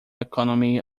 economy